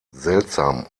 seltsam